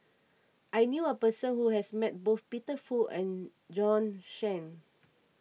I knew a person who has met both Peter Fu and Bjorn Shen